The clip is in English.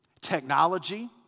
technology